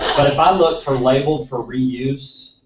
but if i look for labeled for reuse,